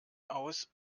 aus